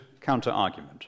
counter-argument